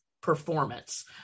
performance